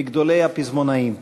מגדולי הפזמונאים.